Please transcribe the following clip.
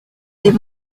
des